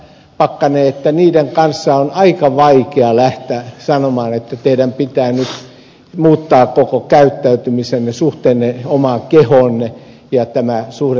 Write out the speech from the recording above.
pakkanen että niiden kanssa on aika vaikea lähteä sanomaan että teidän pitää nyt muuttaa koko käyttäytymisenne suhteenne omaan kehoonne ja toiseen sukupuoleen